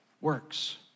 works